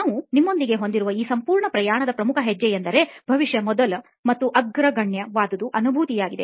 ನಾವು ನಿಮ್ಮೊಂದಿಗೆ ಹೊಂದಿರುವ ಈ ಸಂಪೂರ್ಣ ಪ್ರಯಾಣದ ಪ್ರಮುಖ ಹೆಜ್ಜೆ ಎಂದರೆ ಬಹುಶಃ ಮೊದಲ ಮತ್ತು ಅಗ್ರಗಣ್ಯ ವಾದುದು ಅನುಭೂತಿ ಯಾಗಿದೆ